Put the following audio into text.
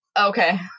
okay